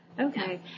Okay